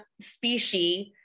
species